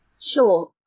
Sure